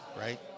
right